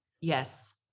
Yes